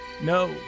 No